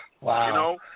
Wow